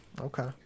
okay